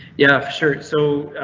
yeah, sure so